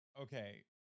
okay